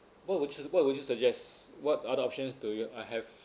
what would you what would you suggest what other options do you I have